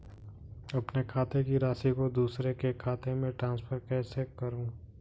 अपने खाते की राशि को दूसरे के खाते में ट्रांसफर कैसे करूँ?